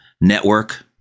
network